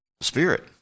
Spirit